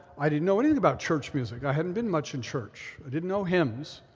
i didn't know anything about church music. i hadn't been much in church. i didn't know hymns,